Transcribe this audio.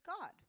God